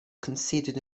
considered